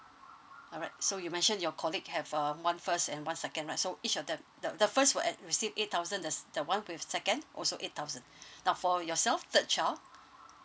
alright so you mention your colleague have uh one first and one second right so each of them the the first will receive eight thousand the the one with second also eight thousand now for yourself third child